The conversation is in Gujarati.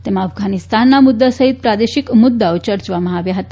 તેમાં અફઘાનિસ્તાનના મુદ્દા સહિત પ્રાદેશિક મુદ્દાઓ ચર્ચવામાં આવ્યા હતા